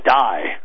die